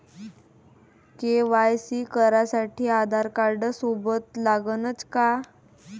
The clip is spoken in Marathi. के.वाय.सी करासाठी आधारकार्ड सोबत लागनच का?